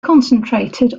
concentrated